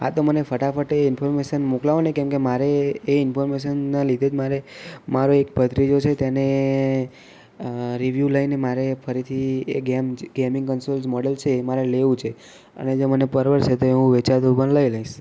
હા તો મને ફટાફટ એ ઇન્ફોર્મેશન મોકલાવોને કેમકે મારે એ ઇન્ફોર્મેશનના લીધે જ મારે મારો એક ભત્રીજો છે તેને રિવ્યુ લઈને મારે ફરીથી એ ગેમ જે ગેમિંગ કન્સોલ્સ મોડલ છે એ મારે લેવું છે અને જો મને પરવડશે તો હું એ વેચાતું પણ લઈ લઈશ